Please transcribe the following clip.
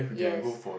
yes